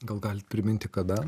gal galit priminti kada